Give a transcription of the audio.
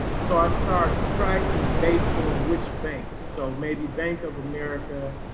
so i start tracking based on which bank so maybe bank of america,